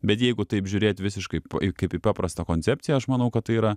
bet jeigu taip žiūrėt visiškai kaip į paprastą koncepciją aš manau kad tai yra